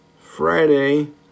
Friday